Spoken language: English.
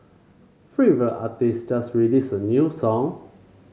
favourite artist just released a new song